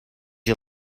you